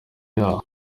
yaho